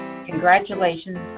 congratulations